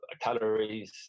calories